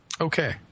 Okay